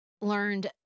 learned